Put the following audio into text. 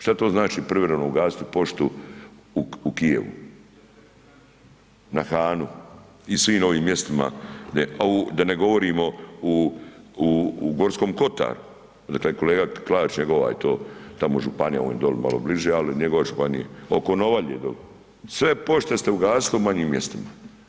Šta to znači privremeno ugasiti poštu u Kijevu, na Hanu i svim ovim mjestima a da ne govorimo u Gorskom Kotaru, onda taj kolega Klarić, njegova je to tamo županija, on je dole malo bliže, ali njegova županija, oko Novalje dolje, sve pošte ste ugasili u manjim mjestima.